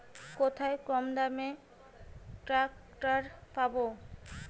কোথায় কমদামে ট্রাকটার পাব?